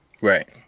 Right